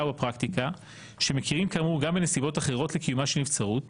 בפרקטיקה שמכירים כאמור גם בנסיבות אחרות לקיומה של נבצרות